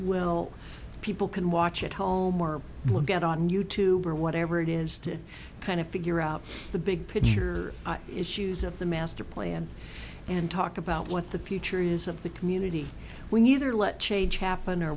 will people can watch at home or will get on you tube or whatever it is to kind of figure out the big picture issues of the master plan and talk about what the future is of the community we neither let change happen or